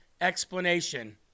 explanation